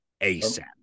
ASAP